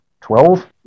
twelve